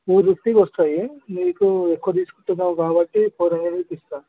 four ఫిఫ్టీకొస్తాయి మీకు ఎక్కువ తీసుకుంటున్నావు కాబట్టి ఫోర్ హండ్రెడ్కి ఇస్తా